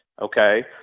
Okay